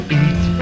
eat